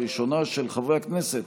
כאן: חברי הכנסת